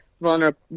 vulnerable